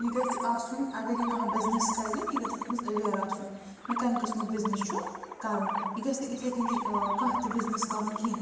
یہِ گَژھِ آسُن اگر یہِ کانٛہہ بزنٮ۪س کَرِ یہِ گَژھِ تَتھ منٛز ایٚویر آسُن مےٚ کَمہِ قٕسمُک بزنٮ۪س چھُ کَرُن یہِ گَژھِ نہٕ یتھَے کَنی کانٛہہ تہِ بزنٮ۪س کَرُن کیٚنٛہہ